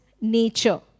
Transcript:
nature